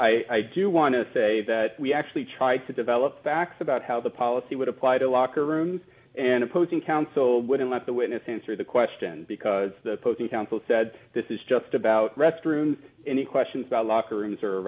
plea i do want to say that we actually tried to develop fact about how the policy would apply to locker room and opposing counsel wouldn't let the witness answer the question because the counsel said this is just about restroom any questions about locker room